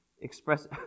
express